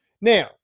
Now